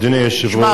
אדוני היושב-ראש,